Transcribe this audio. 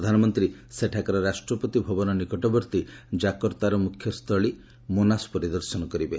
ପ୍ରଧାନମନ୍ତ୍ରୀ ସେଠାକାର ରାଷ୍ଟ୍ରପତି ଭବନ ନିକଟବର୍ତ୍ତୀ ଜାକର୍ତ୍ତାର ମୁଖ୍ୟସ୍ଥଳୀ ମୋନାସ ପରିଦର୍ଶନ କରିବେ